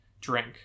drink